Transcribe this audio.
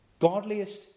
Godliest